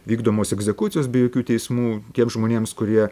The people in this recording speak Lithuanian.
vykdomos egzekucijos be jokių teismų tiems žmonėms kurie